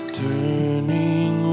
turning